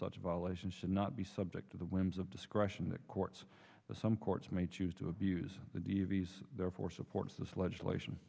such a violation should not be subject to the whims of discretion the courts some courts may choose to abuse the d v s therefore supports this legislation